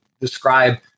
describe